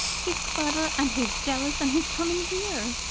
he's clever, and he's jealous and he's coming here.